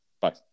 Bye